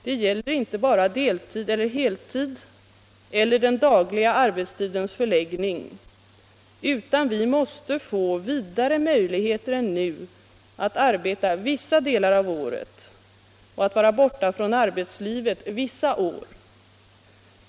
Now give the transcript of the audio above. Det gäller inte bara deltid eller heltid eller den dagliga arbetstidens förläggning, utan vi måste få vidare möjligheter än nu att arbeta vissa delar av året och att vara borta från arbetslivet vissa år.